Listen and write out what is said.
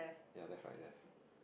ya left right left